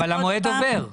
אבל המועד עובר.